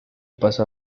pasó